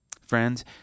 Friends